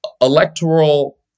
electoral